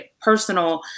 personal